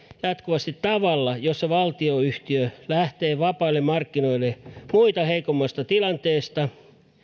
jatkuvasti tavalla jossa valtionyhtiö lähtee vapaille markkinoille muita huonommasta tilanteesta